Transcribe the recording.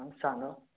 सांगा